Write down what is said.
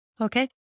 Okay